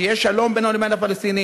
שיהיה שלום בינינו לבין הפלסטינים,